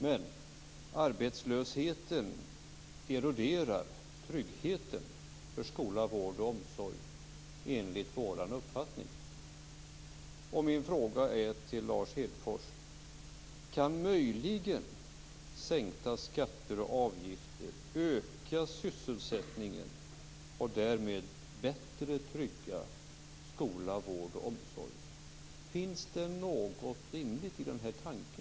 Men arbetslösheten eroderar tryggheten för skola, vård och omsorg, enligt vår uppfattning. Min fråga till Lars Hedfors är: Kan möjligen sänkta skatter och avgifter öka sysselsättningen och därmed bättre trygga skola, vård och omsorg? Finns det något rimligt i denna tanke?